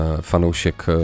fanoušek